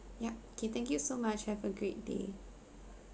yup okay thank you so much have a great day